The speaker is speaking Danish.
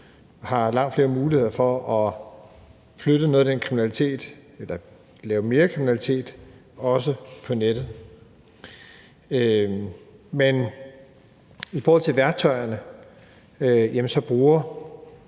har langt flere muligheder for at lave mere kriminalitet, også på nettet. Men i forhold til værktøjerne bruger